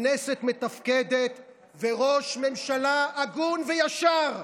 כנסת מתפקדת וראש ממשלה הגון וישר.